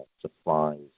supplies